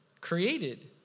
created